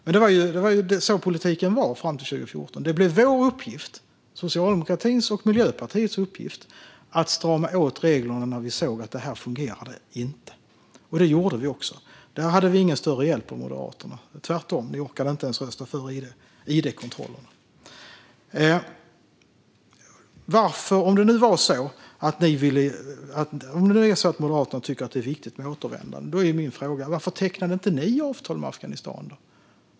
Det var dock så politiken såg ut fram till 2014. Socialdemokraternas och Miljöpartiets uppgift blev att strama åt reglerna när vi såg att de inte fungerade. Det gjorde vi också. Där fick vi ingen större hjälp av Moderaterna. Ni orkade tvärtom inte ens rösta igenom beslutet om id-kontrollerna. Om Moderaterna tycker att det är viktigt med återvändande undrar jag varför ni inte tecknade avtal med Afghanistan.